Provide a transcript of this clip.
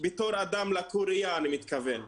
בתור אדם לקוי ראיה, אני מתכוון.